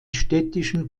städtischen